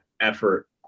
effort